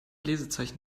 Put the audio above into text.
lesezeichen